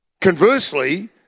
Conversely